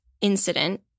incident